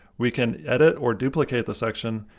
we can edit or duplicate the section.